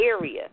area